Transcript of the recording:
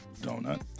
donut